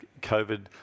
COVID